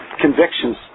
convictions